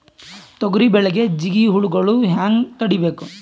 ತೊಗರಿ ಬೆಳೆಗೆ ಜಿಗಿ ಹುಳುಗಳು ಹ್ಯಾಂಗ್ ತಡೀಬೇಕು?